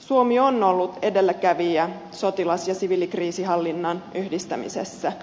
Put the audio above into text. suomi on ollut edelläkävijä sotilas ja siviilikriisinhallinnan yhdistämisessä